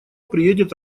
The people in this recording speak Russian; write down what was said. приедет